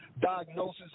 diagnosis